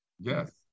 Yes